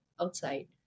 outside